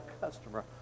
customer